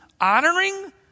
honoring